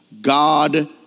God